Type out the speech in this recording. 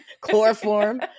Chloroform